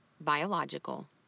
biological